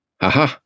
haha